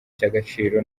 cy’agaciro